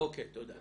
אוקי, תודה,